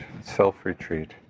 self-retreat